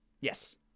yes